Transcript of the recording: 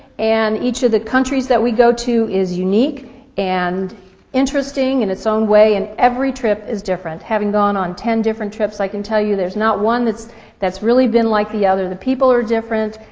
and each of the countries that we go to is unique and interesting in its own way, and every trip is different. having gone on ten different trips i can tell you there's not one that's that's really been like the other. the people are different,